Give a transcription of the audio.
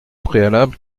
préalable